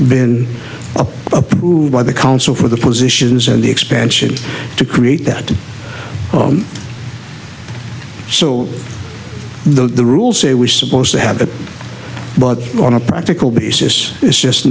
been approved by the council for the positions and the expansion to create that so the rules say we're supposed to have that but on a practical basis it's just